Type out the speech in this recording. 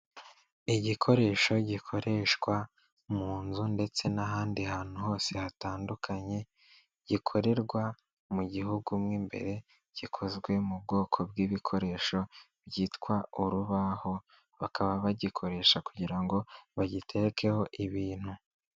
Igikoresho gikoreshwa mu nzu ndetse n'ahandi hantu hose hatandukanye, gikorerwa mu gihugu mu imbere, gikozwe mu bwoko bw'ibikoresho byitwa urubaho bakaba bagikoresha kugira ngo bagiterekeho ibintu.